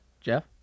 Jeff